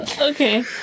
Okay